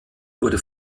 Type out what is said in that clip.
wurde